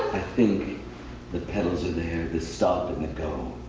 think the pedals are there, the stop and the go.